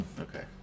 okay